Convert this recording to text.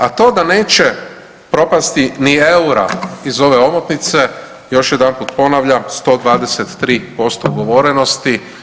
A to da neće propasti ni eura iz ove omotnice još jedanput ponavljam 123% ugovorenosti.